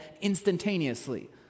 instantaneously